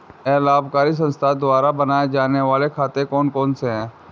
अलाभकारी संस्थाओं द्वारा बनाए जाने वाले खाते कौन कौनसे हैं?